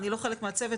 אני לא חלק מהצוות,